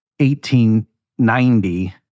1890